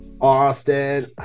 Austin